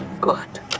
good